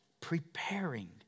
Preparing